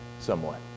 somewhat